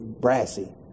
brassy